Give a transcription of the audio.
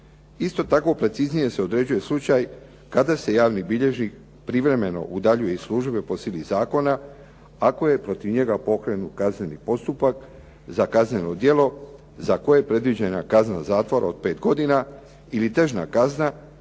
Isto tako preciznije se određuje slučaj kada se javni bilježnik privremeno udaljuje iz službe po sili zakona ako je protiv njega pokrenut kazneni postupak za kazneno djelo za koje je predviđena kazna zatvora od pet godina ili teža kazna